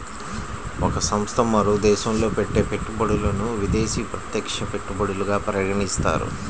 ఒక సంస్థ మరో దేశంలో పెట్టే పెట్టుబడులను విదేశీ ప్రత్యక్ష పెట్టుబడులుగా పరిగణిస్తారు